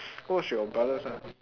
go watch with your brothers ah